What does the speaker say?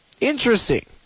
Interesting